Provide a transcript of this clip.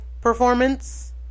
performance